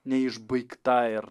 neišbaigta ir